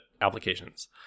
applications